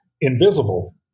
invisible